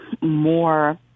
more